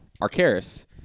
Arcaris